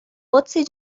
قدسی